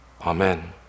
amen